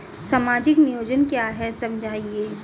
सामाजिक नियोजन क्या है समझाइए?